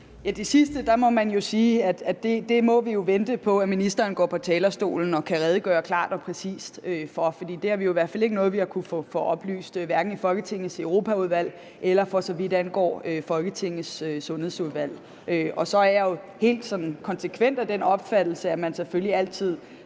det sidste må man jo sige, at det må vi vente på at ministeren går på talerstolen og redegør klart og præcist for. For det er i hvert fald ikke noget, vi har kunnet få oplyst, hverken i Folketingets Europaudvalg eller for så vidt i Folketingets Sundhedsudvalg. Så er jeg jo sådan helt konsekvent af den opfattelse, at man selvfølgelig altid